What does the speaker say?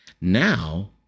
now